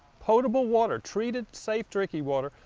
potable water, treated safe drinking water,